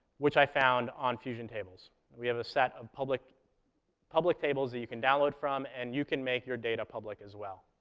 which i found on fusion tables. we have a set of public public tables that you can download from, and you can make your data public as well.